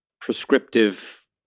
prescriptive